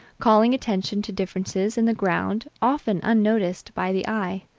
calling attention to differences in the ground often unnoticed by the eye,